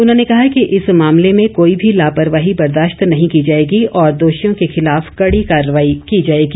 उन्होंने कहा कि इस मामले में कोई भी लापरवाही बर्दाश्त नहीं की जाएगी और दोषियों के खिलाफ कड़ी कार्रवाई की जाएगी